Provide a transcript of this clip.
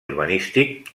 urbanístic